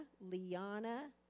Liana